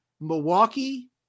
milwaukee